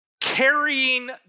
carrying